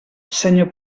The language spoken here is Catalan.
senyor